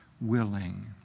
willing